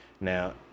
Now